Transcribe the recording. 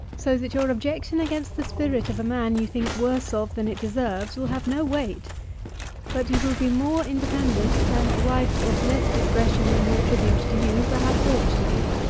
so that your objection against the spirit of a man you think worse of than it deserves, will have no weight but you will be more independent than a wife of less discretion than we attribute to you, perhaps ought to be.